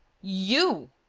you.